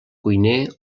cuiner